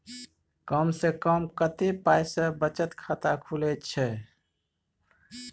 कम से कम कत्ते पाई सं बचत खाता खुले छै?